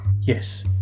Yes